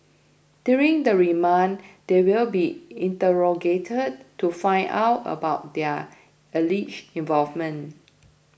during the remand they will be interrogated to find out about their alleged involvement